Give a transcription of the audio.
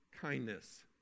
kindness